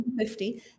150